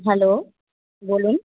hello বলুন